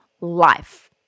life